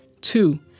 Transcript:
Two